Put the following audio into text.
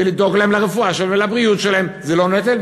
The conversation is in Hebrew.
ולדאוג לרפואה שלהם ולבריאות שלהם, זה לא נטל?